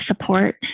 support